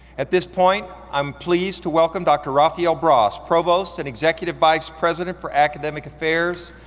at this point, i'm pleased to welcome dr. rafael bras, provost and executive vice president for academic affairs,